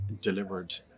delivered